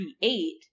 create